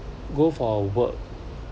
go for work